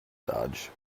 dodge